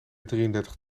drieëndertig